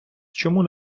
чому